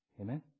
Amen